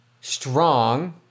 strong